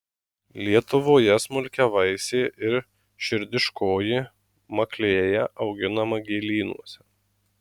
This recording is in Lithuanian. lietuvoje smulkiavaisė ir širdiškoji maklėja auginama gėlynuose